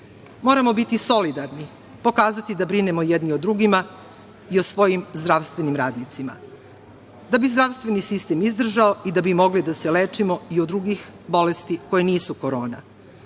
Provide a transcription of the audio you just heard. Moramo biti solidarni, pokazati da brinemo jedni o drugima i o svojim zdravstvenim radnicima. Da bi zdravstveni sistem izdržao i da bismo mogli da se lečimo i od drugih bolesti koje nisu korona,